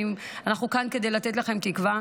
אנחנו כאן כדי לתת לכן תקווה.